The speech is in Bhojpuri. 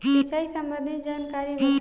सिंचाई संबंधित जानकारी बताई?